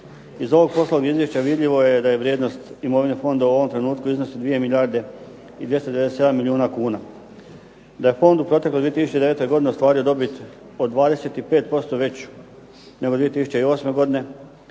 Iz ovog poslovnog izvješća vidljivo je da vrijednost imovine fonda u ovom trenutku iznosi 2 milijarde i 297 milijuna kuna, da je fond u protekloj 2009. godini ostvario dobit od 25% veću nego 2008. godine,